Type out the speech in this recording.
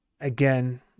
again